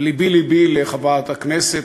ולבי-לבי לחברת הכנסת,